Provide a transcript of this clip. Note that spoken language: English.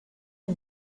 you